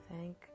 thank